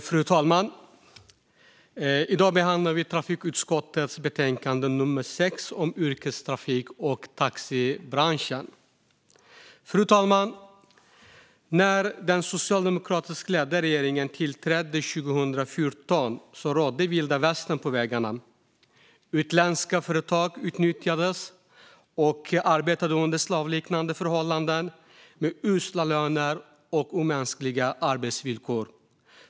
Fru talman! I dag behandlar vi trafikutskottets betänkande nummer 6 om yrkestrafiken och taxibranschen. När den socialdemokratiskt ledda regeringen tillträdde 2014 rådde vilda västern på vägarna. Utländska företag utnyttjades och arbetade under slavliknande förhållanden med usla löner och omänskliga arbetsvillkor.